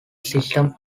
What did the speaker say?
system